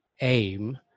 aim